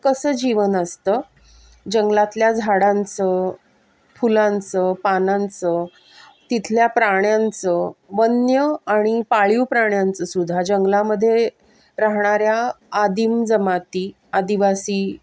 कसं जीवन असतं जंगलातल्या झाडांचं फुलांचं पानांचं तिथल्या प्राण्यांचं वन्य आणि पाळीव प्राण्यांचंसुद्धा जंगलामध्ये राहणाऱ्या आदिम जमाती आदिवासी